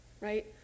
right